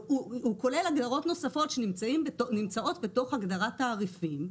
הוא כולל הגדרות נוספות שנמצאות בתוך הגדרת תעריפים,